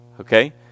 okay